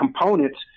components